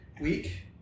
week